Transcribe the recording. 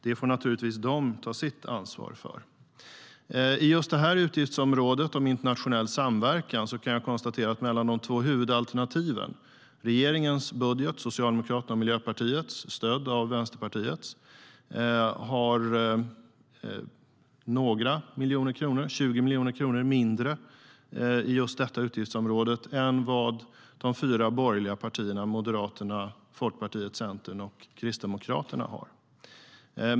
Det får naturligtvis de ta sitt ansvar för. Inom just det här utgiftsområdet om internationell samverkan kan jag konstatera att skillnaden mellan de två huvudalternativen är att i regeringens budget - som har lagts fram av Socialdemokraterna och Miljöpartiet med stöd av Vänsterpartiet - anslås 20 miljoner kronor mindre än vad de fyra borgerliga partierna, Moderaterna, Folkpartiet, Centern och Kristdemokraterna, har föreslagit.